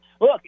look